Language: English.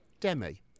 Demi